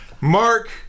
Mark